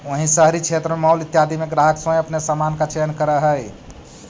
वहीं शहरी क्षेत्रों में मॉल इत्यादि में ग्राहक स्वयं अपने सामान का चयन करअ हई